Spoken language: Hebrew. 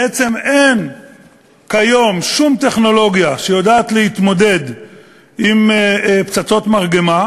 בעצם אין כיום שום טכנולוגיה שיודעת להתמודד עם פצצות מרגמה,